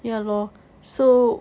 ya lor so